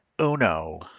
Uno